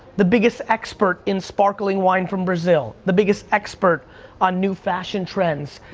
the biggest expert in sparkling wine from brazil, the biggest expert on new fashion trends,